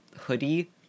hoodie